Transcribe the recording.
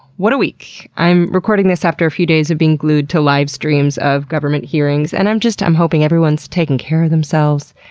what a week. i'm recording this after a few days of being glued to live streams of government hearings, and i'm just, i'm hoping everyone's taking care of themselves,